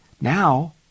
Now